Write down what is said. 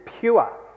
pure